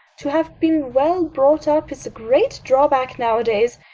to have been well brought up is a great drawback nowadays.